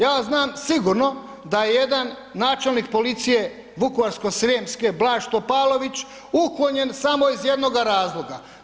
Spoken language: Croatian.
Ja znam sigurno da je jedan načelnik policije Vukovarsko-srijemske Blaž Topalović uklonjen samo iz jednoga razloga.